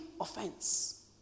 offense